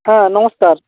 হ্যাঁ নমস্কার